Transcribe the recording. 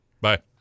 bye